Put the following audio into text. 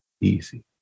easy